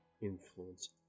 influence